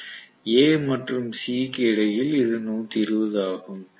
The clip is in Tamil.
A மற்றும் C க்கு இடையில் இது 120 ஆகும்